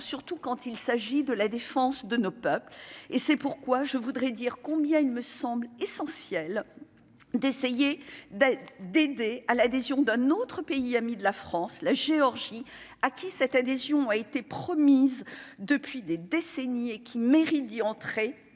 surtout quand il s'agit de la défense de nos peuples et c'est pourquoi je voudrais dire combien il me semble essentiel d'essayer d'être d'aider à l'adhésion d'un autre pays ami de la France, la Géorgie acquis cette adhésion a été promise depuis des décennies et qui méritent d'y entrer